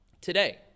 Today